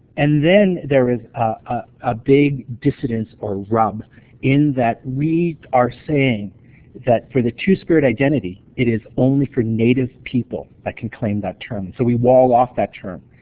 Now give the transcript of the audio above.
and then there is a big dissidence or rub in that we are saying that for the two-spirit identity it is only for native people that can claim that term, so we wall-off that term.